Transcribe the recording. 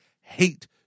hate